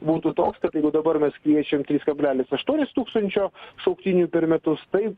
būtų toks kad jeigu dabar mes kviečiam tris kablelis aštuonis tūkstančio šauktinių per metus tai